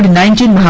nineteen